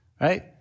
right